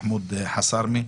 מחמוד חסארמה.